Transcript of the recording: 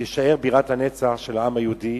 תישאר בירת הנצח של העם היהודי